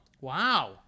Wow